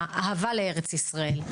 האהבה לארץ ישראל,